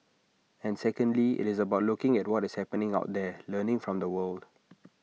and secondly IT is about looking at what is happening out there learning from the world